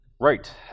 right